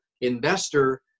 investor